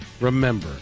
remember